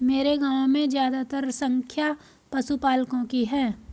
मेरे गांव में ज्यादातर संख्या पशुपालकों की है